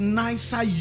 nicer